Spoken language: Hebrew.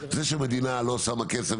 זה שהמדינה לא שמה כסף,